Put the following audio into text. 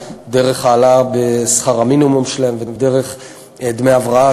דרך העלאה בשכר המינימום שלהם ודרך דמי הבראה,